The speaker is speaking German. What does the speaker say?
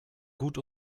gut